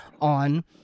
on